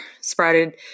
sprouted